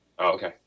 okay